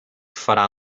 farà